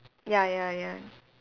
ya ya ya